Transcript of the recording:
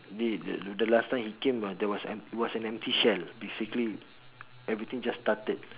the the last time he came were there was it was an empty shell basically everything just started